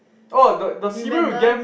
remember